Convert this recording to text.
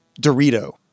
Dorito